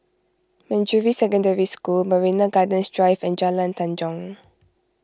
Manjusri Secondary School Marina Gardens Drive and Jalan Tanjong